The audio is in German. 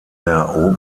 der